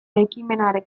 ekimenak